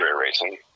racing